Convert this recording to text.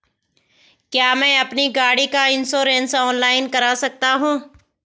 क्या मैं अपनी गाड़ी का इन्श्योरेंस ऑनलाइन कर सकता हूँ?